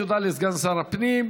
תודה לסגן שר הפנים.